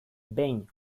behin